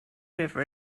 river